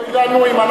אוי לנו אם אנחנו,